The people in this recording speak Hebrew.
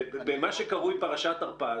במה שקרוי פרשת הרפז